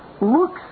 looks